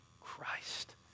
Christ